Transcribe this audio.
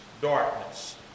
darkness